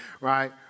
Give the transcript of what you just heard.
right